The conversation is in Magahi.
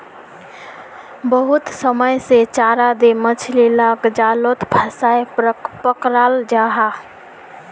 बहुत समय से चारा दें मछली लाक जालोत फसायें पक्राल जाहा